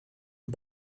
und